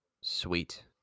Sweet